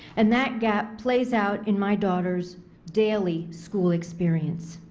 and that gap plays out in my daughters daily school experience.